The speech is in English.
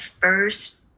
first